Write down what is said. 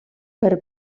per